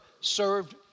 served